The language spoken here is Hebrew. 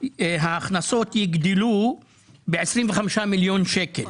ההכנסות יגדלו ב-25 מיליון שקל וזה